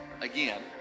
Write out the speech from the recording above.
again